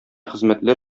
хезмәтләр